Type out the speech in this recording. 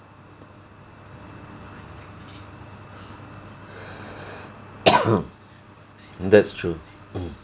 that's true mm